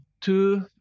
two